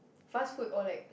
fast food or like